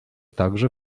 także